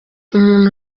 umuntu